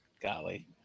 Golly